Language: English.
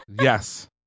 Yes